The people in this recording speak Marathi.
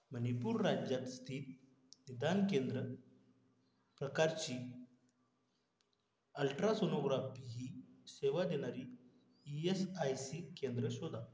मणिपूर राज्यात स्थित निदान केंद्र प्रकारची अल्ट्रासोनोग्रापही सेवा देणारी ई यस आय सी केंद्रं शोधा